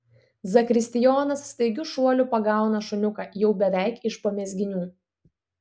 zakristijonas staigiu šuoliu pagauna šuniuką jau beveik iš po mezginių